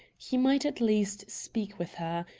he might at least speak with her,